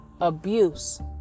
abuse